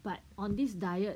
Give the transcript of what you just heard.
but on this diet